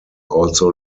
also